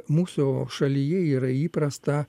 mūsų šalyje yra įprasta